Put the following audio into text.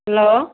hello